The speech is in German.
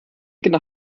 ticket